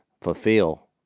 fulfill